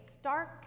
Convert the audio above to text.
stark